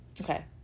Okay